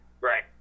Right